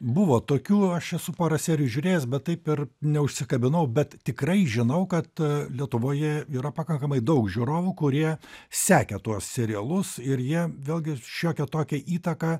buvo tokių aš esu porą serijų žiūrėjęs bet taip ir neužsikabinau bet tikrai žinau kad lietuvoje yra pakankamai daug žiūrovų kurie sekė tuos serialus ir jie vėlgi šiokią tokią įtaką